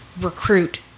recruit